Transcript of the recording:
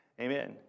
Amen